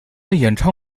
演唱